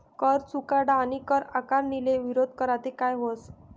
कर चुकाडा आणि कर आकारणीले विरोध करा ते काय व्हस